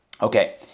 Okay